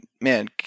man